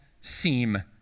seem